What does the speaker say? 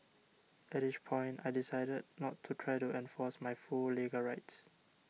at each point I decided not to try to enforce my full legal rights